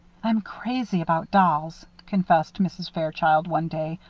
i'm crazy about dolls, confessed mrs. fairchild, one day,